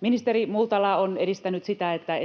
Ministeri Multala on edistänyt sitä, että